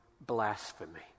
blasphemy